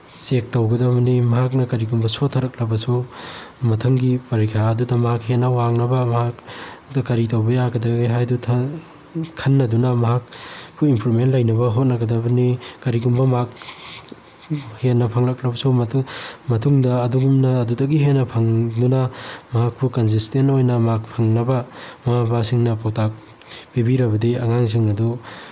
check ꯇꯧꯒꯗꯕꯅꯤ ꯃꯍꯥꯛꯅ ꯀꯔꯤꯒꯨꯝꯕ ꯁꯣꯊꯔꯛꯂꯕꯁꯨ ꯃꯊꯪꯒꯤ ꯄꯔꯤꯈꯥ ꯑꯗꯨꯗ ꯃꯥꯛ ꯍꯦꯟꯅ ꯋꯥꯡꯅꯕ ꯃꯍꯥꯛ ꯀꯔꯤ ꯇꯧꯕ ꯌꯥꯒꯗꯒꯦ ꯍꯥꯏꯕꯗꯨ ꯈꯟꯅꯗꯨꯅ ꯃꯍꯥꯛꯄꯨ ꯏꯝꯄ꯭ꯔꯨꯞꯃꯦꯟ ꯂꯩꯅꯕ ꯍꯣꯠꯅꯒꯗꯕꯅꯤ ꯀꯔꯤꯒꯨꯝꯕ ꯃꯍꯥꯛ ꯍꯦꯟꯅ ꯐꯪꯂꯛꯂꯕꯁꯨ ꯃꯗꯨ ꯃꯇꯨꯡꯗ ꯑꯗꯨꯒꯨꯝꯅ ꯑꯗꯨꯗꯒꯤ ꯍꯦꯟꯅ ꯐꯪꯗꯨꯅ ꯃꯍꯥꯛꯄꯨ ꯀꯟꯖꯤꯁꯇꯦꯟ ꯑꯣꯏꯅ ꯃꯥꯛ ꯐꯪꯅꯕ ꯃꯃꯥ ꯃꯄꯥꯁꯤꯡꯅ ꯄꯧꯇꯥꯛ ꯄꯤꯕꯤꯔꯕꯗꯤ ꯑꯉꯥꯡꯁꯤꯡ ꯑꯗꯨ